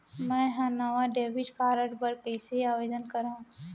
मै हा नवा डेबिट कार्ड बर कईसे आवेदन करव?